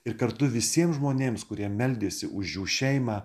ir kartu visiems žmonėms kurie meldėsi už jų šeimą